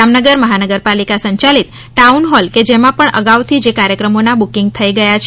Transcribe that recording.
જામનગર મહાનગરપાલિકા સંયાલિત ટાઉનહોલ કે જેમાં પણ અગાઉથી જે કાર્યક્રમોના બુકિંગ થઇ ગયા છે